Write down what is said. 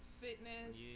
fitness